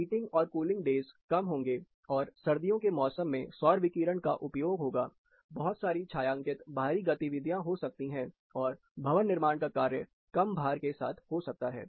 heating और cooling days कम होंगे और सर्दियों के मौसम में सौर विकिरण का उपयोग होगा बहुत सारी छायांकित बाहरी गतिविधियां हो सकती है और भवन निर्माण का कार्य कम भार के साथ हो सकता है